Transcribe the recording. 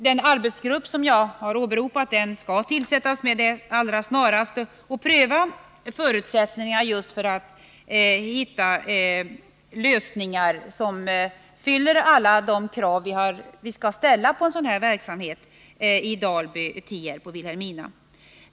Den arbetsgrupp som jag har åberopat skall tillsättas med det allra snaraste och pröva förutsättningarna för att hitta lösningar som fyller alla de krav vi skall ställa på en sådan här verksamhet i Dalby, Tierp och Vilhelmina.